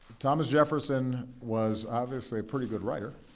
thomas jefferson was obviously a pretty good writer